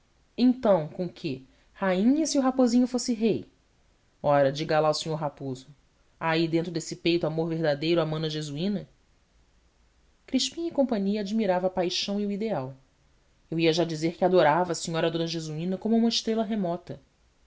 então com quê rainha se o raposinho fosse rei ora diga lá o senhor raposo há ai dentro desse peito amor verdadeiro à mana jesuina crispim cia admirava a paixão e o ideal eu ia já dizer que adorava a senhora d jesuína como a uma estrela remota